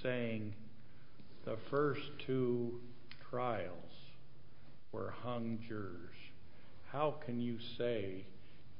saying the first two trials were hung here how can you say